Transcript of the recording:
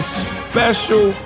special